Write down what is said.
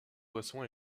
boisson